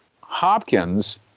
Hopkins